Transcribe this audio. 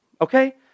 Okay